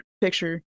picture